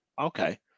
okay